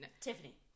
tiffany